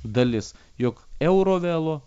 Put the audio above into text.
dalis jog eurovelu